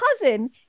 cousin